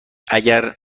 اگر